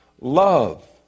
love